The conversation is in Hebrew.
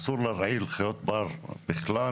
אסור להרעיל חיות בר בכלל.